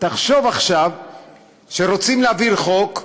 תחשוב עכשיו שרוצים להעביר חוק,